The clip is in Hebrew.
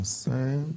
הבאים.